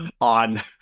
on